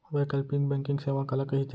वैकल्पिक बैंकिंग सेवा काला कहिथे?